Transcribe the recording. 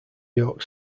york